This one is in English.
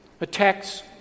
attacks